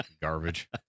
Garbage